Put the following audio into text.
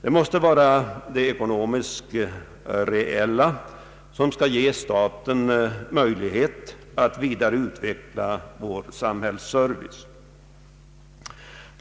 Endast ekonomiska realiteter kan ge staten möjlighet att utveckla samhällsservicen.